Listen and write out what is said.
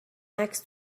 عکس